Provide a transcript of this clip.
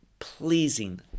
pleasing